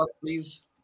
please